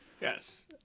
Yes